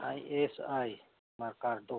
I S I ꯃꯔꯀꯥꯗꯣ